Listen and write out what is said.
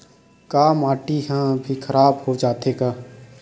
का माटी ह भी खराब हो जाथे का?